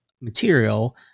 material